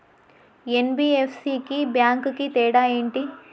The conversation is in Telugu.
ఎన్.బి.ఎఫ్.సి కి బ్యాంక్ కి తేడా ఏంటి?